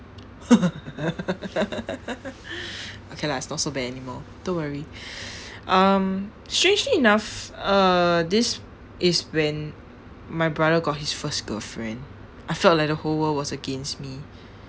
okay lah it's not so bad anymore don't worry um strangely enough uh this is when my brother got his first girlfriend I felt like the whole world was against me